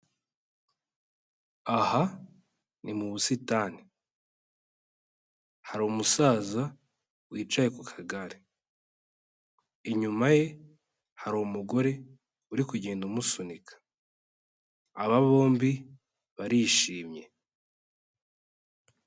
Aha ni mu busitani, hari umusaza wicaye ku kagare, inyuma ye hari umugore uri kugenda umusunika, aba bombi barishimye.